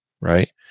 Right